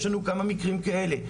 יש לנו כמה מקרים כאלה.